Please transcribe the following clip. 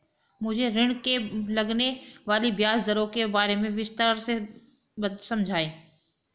मुझे ऋण पर लगने वाली ब्याज दरों के बारे में विस्तार से समझाएं